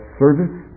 service